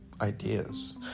ideas